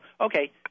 Okay